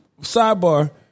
Sidebar